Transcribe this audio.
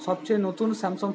সবচেয়ে নতুন স্যামসাং